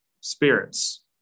spirits